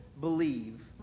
believe